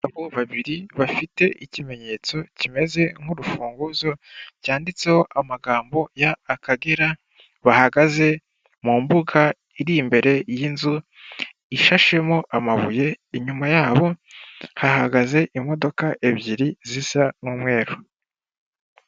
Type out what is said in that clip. Abagabo babiri bafite ikimenyetso kimeze nk'urufunguzo cyanditseho amagambo ya akagera bahagaze mu mbuga iri imbere y'inzu ishashemo amabuye, inyuma yabo hahagaze imodoka ebyiri zisa n'umweru.